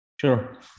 Sure